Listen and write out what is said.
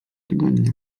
tygodnia